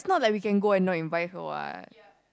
it's not that we can go and not invite her what